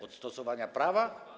Od stosowania prawa?